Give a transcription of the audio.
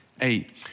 eight